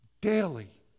daily